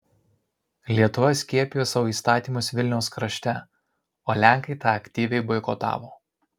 lietuva skiepijo savo įstatymus vilniaus krašte o lenkai tą aktyviai boikotavo